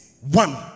one